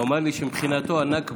הוא אמר לי שמבחינתו הנכבה